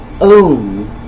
own